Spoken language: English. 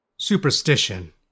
Superstition